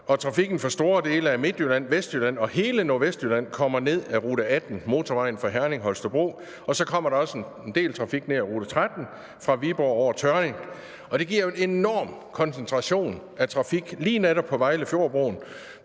og trafikken fra store dele af Midtjylland, Vestjylland og hele Nordvestjylland kommer ned ad Rute 18, motorvejen fra Herning-Holstebro, og så kommer der også en del trafik ned ad Rute 13 fra Viborg over Tørring, og det giver jo en enorm koncentration af trafik lige netop på Vejlefjordbroen,